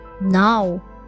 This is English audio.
now